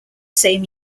same